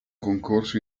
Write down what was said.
concorso